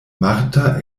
marta